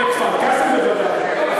סולחה?